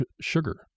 sugar